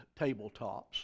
tabletops